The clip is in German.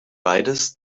beides